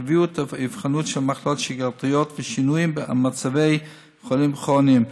קביעת אבחנות של מחלות שגרתיות ושינויים במצבי חולים כרוניים,